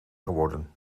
geworden